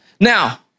now